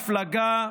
הוא ניצב מול המפלגה,